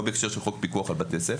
לא בהקשר של חוק פיקוח על בתי ספר.